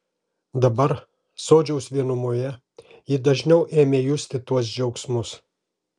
dabar sodžiaus vienumoje ji dažniau ėmė justi tuos džiaugsmus